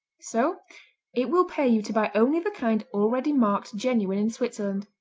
so it will pay you to buy only the kind already marked genuine in switzerland.